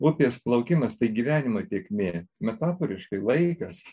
upės plaukimas tai gyvenimo tėkmė metaforiškai laikas